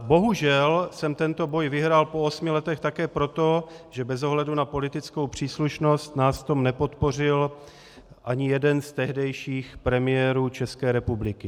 Bohužel jsem tento boj vyhrál po osmi letech také proto, že bez ohledu na politickou příslušnost nás v tom nepodpořil ani jeden z tehdejších premiérů České republiky.